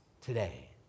today